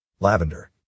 Lavender